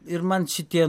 ir man šitie